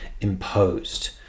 imposed